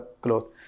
clothes